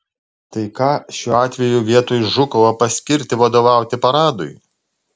tai ką šiuo atveju vietoj žukovo paskirti vadovauti paradui